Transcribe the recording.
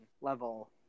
level